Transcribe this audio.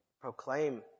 proclaim